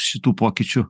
šitų pokyčių